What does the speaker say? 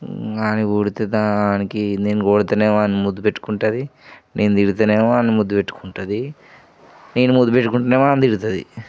వాడిని కొడితే దానికి నేను కొడితేనేమె వాడిని ముద్దు పెట్టుకుంటుంది నేను తిడితేనేమో వాడిని ముద్దు పెట్టుకుంటుంది నేను ముద్దు పెట్టుకుంటేనేమో వాడిని తిడుతుంది